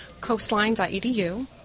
coastline.edu